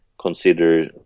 consider